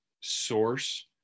source